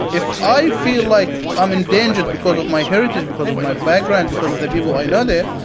if i feel like i'm endangered because of my heritage, because of my background, because of the people i know there,